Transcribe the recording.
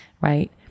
right